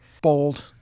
bold